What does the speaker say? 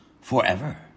forever